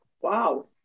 Wow